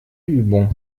übung